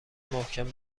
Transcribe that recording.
محکم